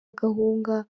ahunga